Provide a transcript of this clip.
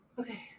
okay